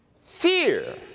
Fear